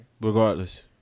Regardless